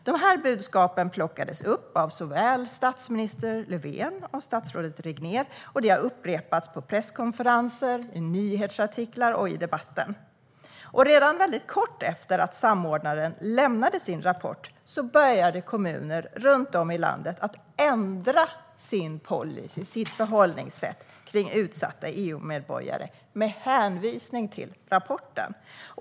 De här budskapen plockades upp av såväl statsminister Löfven som statsrådet Regnér, och de har upprepats på presskonferenser, i nyhetsartiklar och i debatten. Väldigt kort efter att samordnaren lämnade sin rapport började kommuner runt om i landet ändra sin policy och sitt förhållningssätt till utsatta EU-medborgare med hänvisning till rapporten.